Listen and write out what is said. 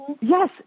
yes